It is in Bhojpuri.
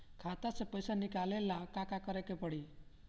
खाता से पैसा निकाले ला का का करे के पड़ी?